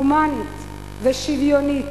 הומנית ושוויונית,